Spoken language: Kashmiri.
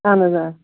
اَہَن حظ آ